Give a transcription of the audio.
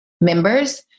members